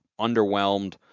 underwhelmed